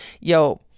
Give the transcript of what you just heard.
yo